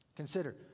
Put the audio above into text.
Consider